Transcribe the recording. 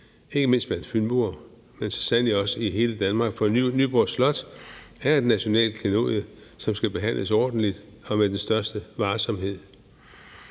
ikke mindst blandt fynboer, men så sandelig også i hele Danmark, for Nyborg Slot er et nationalt klenodie, som skal behandles ordentligt og med den største varsomhed.